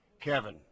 Kevin